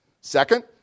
Second